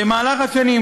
במהלך השנים,